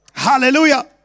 Hallelujah